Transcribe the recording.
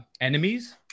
enemies